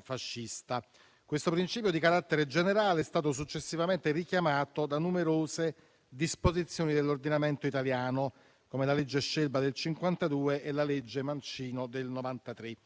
fascista. Questo principio di carattere generale è stato successivamente richiamato da numerose disposizioni dell'ordinamento italiano, come la legge Scelba del 1952 e la legge Mancino del 1993.